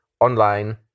online